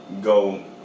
go